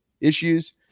issues